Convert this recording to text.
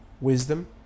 wisdom